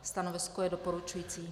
Stanovisko je doporučující.